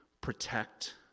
protect